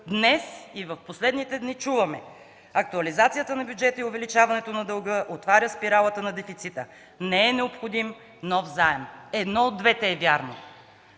Днес и в последните дни чуваме: актуализацията на бюджета и увеличаването на дълга отварят спиралата на дефицита, не е необходим нов заем. Едно от двете е вярно.